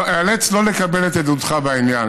אני איאלץ שלא לקבל את עדותך בעניין.